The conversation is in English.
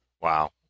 Wow